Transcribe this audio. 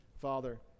Father